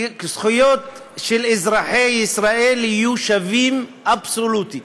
כי זכויות של אזרחי ישראל יהיו שוות, אבסולוטית.